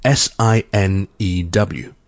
sinew